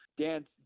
Dan